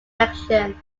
election